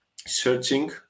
searching